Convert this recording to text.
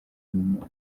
y’imana